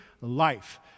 life